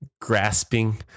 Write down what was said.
grasping